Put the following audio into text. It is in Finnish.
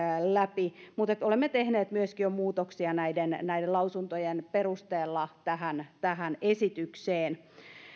läpi mutta olemme myöskin jo tehneet muutoksia näiden näiden lausuntojen perusteella tähän tähän esitykseen